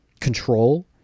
control